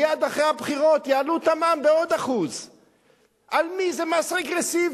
שמייד אחרי הבחירות יעלו את המע"מ בעוד 1%. על מי זה מס רגרסיבי?